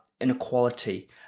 inequality